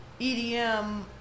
EDM